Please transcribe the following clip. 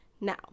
Now